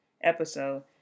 episode